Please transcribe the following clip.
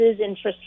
interest